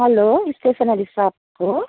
hello stationery shop हो